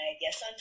yes